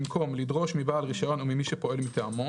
במקום "לדרוש מבעל רישיון או ממי שפועל מטעמו",